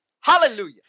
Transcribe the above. Hallelujah